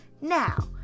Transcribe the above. Now